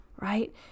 right